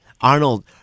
Arnold